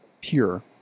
pure